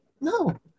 No